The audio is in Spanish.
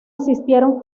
asistieron